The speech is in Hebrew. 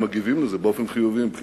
הם מגיבים על זה באופן חיובי מבחינתנו.